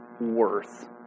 worth